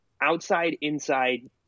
outside-inside